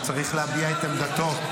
הוא צריך להביע את עמדתו.